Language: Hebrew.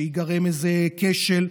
שייגרם איזה כשל,